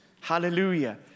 Hallelujah